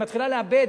היא מתחילה לאבד,